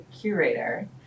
curator